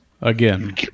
Again